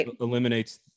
eliminates